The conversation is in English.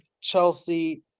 Chelsea